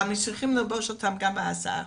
וצריכים לעטות אותן גם בהסעה.